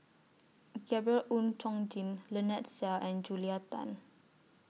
Gabriel Oon Chong Jin Lynnette Seah and Julia Tan